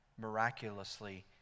miraculously